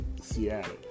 Seattle